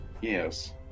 Yes